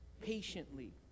patiently